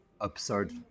absurd